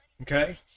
Okay